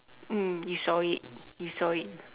mm you saw it you saw it